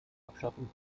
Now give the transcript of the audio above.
abschaffung